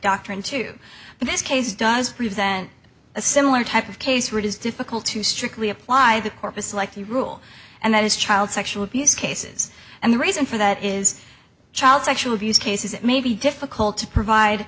doctrine to this case does present a similar type of case writ is difficult to strictly apply the corpus like the rule and that is child sexual abuse cases and the reason for that is child sexual abuse cases it may be difficult to provide